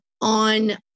on